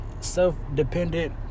self-dependent